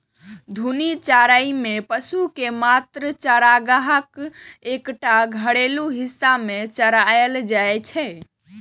घूर्णी चराइ मे पशु कें मात्र चारागाहक एकटा घेरल हिस्सा मे चराएल जाइ छै